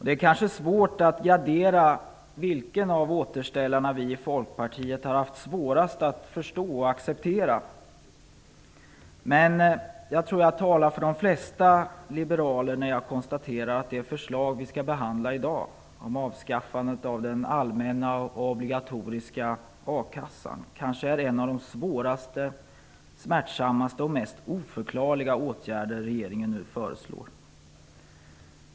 Det är kanske svårt att gradera vilken av återställarna vi i Folkpartiet har haft svårast att förstå och att acceptera, men jag tror att jag talar för de flesta liberaler när jag konstaterar att det förslag vi skall behandla i dag, om avskaffande av den allmänna, obligatoriska a-kassan, är en av de svåraste, smärtsammaste och mest oförklarliga åtgärder regeringen nu föreslår.